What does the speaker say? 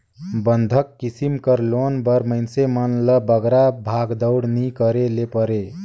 बंधक किसिम कर लोन बर मइनसे मन ल बगरा भागदउड़ नी करे ले परे